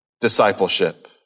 discipleship